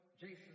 Jason